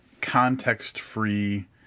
context-free